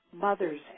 mothers